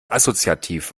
assoziativ